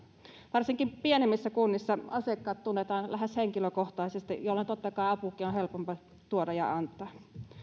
varsinkin pienemmissä kunnissa asiakkaat tunnetaan lähes henkilökohtaisesti jolloin totta kai apuakin on helpompi tuoda ja antaa